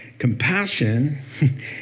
Compassion